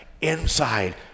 inside